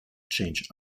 change